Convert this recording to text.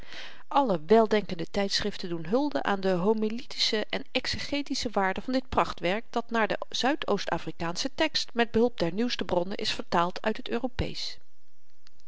alle weldenkende tydschriften doen hulde aan de homiletische en exegetische waarde van dit prachtwerk dat naar den zuidoost afrikaanschen tekst met behulp der nieuwste bronnen is vertaald uit het europeesch